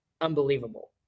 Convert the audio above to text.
unbelievable